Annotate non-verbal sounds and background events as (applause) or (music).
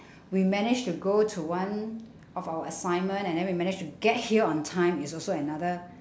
(breath) we managed to go to one of our assignment and then we manage to get here on time is also another